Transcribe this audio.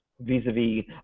Vis-a-vis